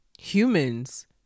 humans